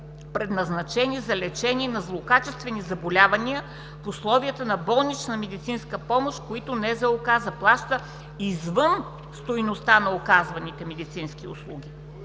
предназначени за лечение на злокачествени заболявания в условията на болнична медицинска помощ, които НЗОК заплаща извън стойността на оказваните медицински услуги.